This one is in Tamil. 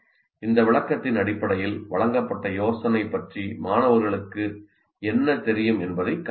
இந்த விளக்கத்தின் அடிப்படையில் வழங்கப்பட்ட யோசனை பற்றி மாணவர்களுக்கு என்ன தெரியும் என்பதைக் கண்டறியவும்